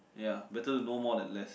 ya better to know more than less